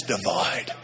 divide